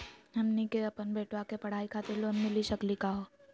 हमनी के अपन बेटवा के पढाई खातीर लोन मिली सकली का हो?